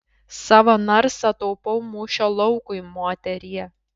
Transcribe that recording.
savo narsą taupau mūšio laukui moterie